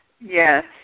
Yes